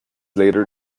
later